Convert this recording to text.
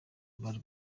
bari